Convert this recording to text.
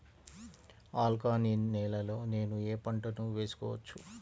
Alkaline నేలలో నేనూ ఏ పంటను వేసుకోవచ్చు?